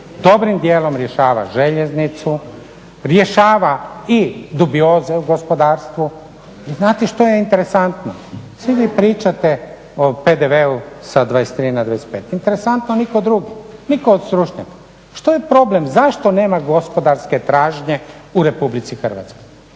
dobrim djelom rješava željeznicu, rješava i dubiozu u gospodarstvu. I znate što je interesantno? Svi vi pričate o PDV-u sa 23 na 25, interesantno nitko drugi. Nitko od stručnjaka. Što je problem? Zašto nema gospodarske tražnje u RH? Pa nema tko